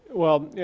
well, yeah,